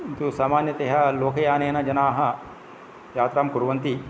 किन्तु समन्यतया लोकयानेन जनाः यात्रां कुर्वन्ति